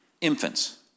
infants